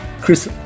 Chris